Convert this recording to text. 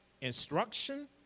instruction